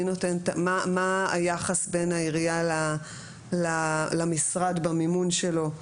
מה היחס בין העירייה למשרד במימון שלו?